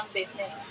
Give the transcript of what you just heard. business